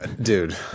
dude